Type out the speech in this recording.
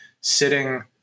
sitting